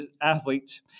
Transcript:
athletes